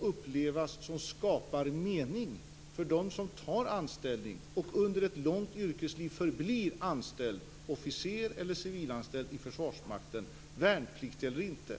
upplevas som något som skapar mening för dem som tar anställning och under ett långt yrkesliv förblir anställda officerare eller civilanställda i Försvarsmakten, värnpliktiga eller inte.